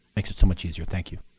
makes it so much easier. thank you.